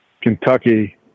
Kentucky